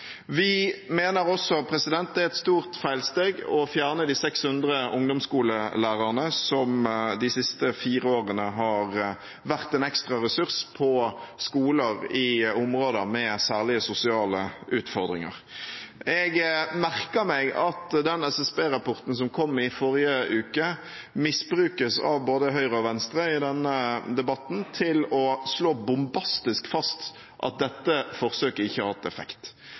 Vi mener også at det er et stort feilsteg å fjerne de 600 ungdomsskolelærerne som de siste fire årene har vært en ekstra ressurs på skoler i områder med særlige sosiale utfordringer. Jeg merker meg at den SSB-rapporten som kom i forrige uke, misbrukes av både Høyre og Venstre i denne debatten til å slå bombastisk fast at dette forsøket ikke har hatt effekt.